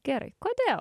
gerai kodėl